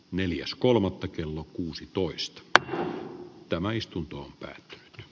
neljäs kolmannetta kello kyllä kohtuuttomana kuten varmasti jokainen täällä